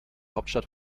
hauptstadt